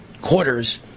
quarters